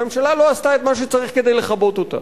והממשלה לא עשתה את מה שצריך כדי לכבות אותה.